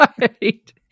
Right